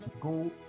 go